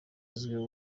izwiho